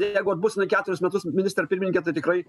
jeigu atbus jinai keturius metus ministre pirmininke tai tikrai